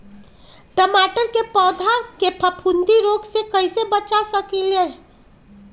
टमाटर के पौधा के फफूंदी रोग से कैसे बचा सकलियै ह?